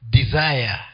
desire